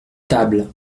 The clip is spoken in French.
tables